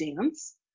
dance